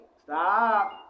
Stop